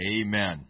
Amen